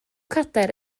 cadair